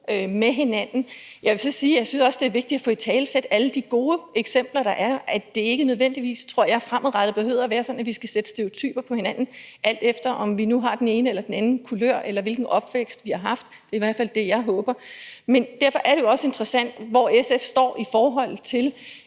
så sige, at jeg synes også, det er vigtigt at få italesat alle de gode eksempler, der er, og at det ikke nødvendigvis fremadrettet, tror jeg, behøver at være sådan, at vi skal sætte stereotyper på hinanden, alt efter om vi nu har den ene eller anden kulør, eller hvilken opvækst vi har haft. Det er i hvert fald det, jeg håber. Derfor er det jo også interessant, hvor SF står i forhold til